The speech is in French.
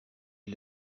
est